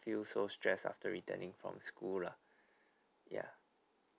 feel so stress after returning from school lah ya